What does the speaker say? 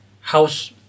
house